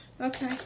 Okay